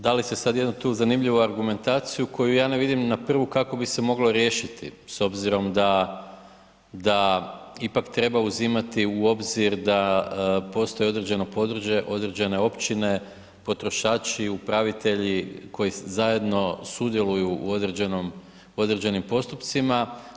Dali ste sad jednu tu zanimljivu argumentaciju koju ja ne vidim na prvu kako bi se moglo riješiti s obzirom da ipak treba uzimati u obzir da postoje određeno područje, određene općine, potrošači, upravitelji koji zajedno sudjeluju u određenim postupcima.